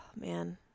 man